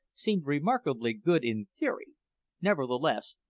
seemed remarkably good in theory nevertheless,